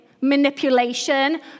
manipulation